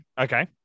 okay